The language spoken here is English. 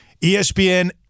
ESPN